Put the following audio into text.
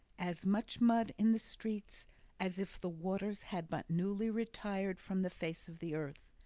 as much mud in the streets as if the waters had but newly retired from the face of the earth,